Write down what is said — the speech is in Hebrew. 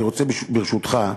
אני רוצה, ברשותך,